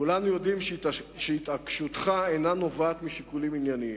כולנו יודעים שהתעקשותך אינה נובעת משיקולים ענייניים.